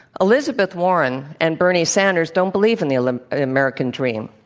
elizabeth warren and bernie sanders don't believe in the like american dream.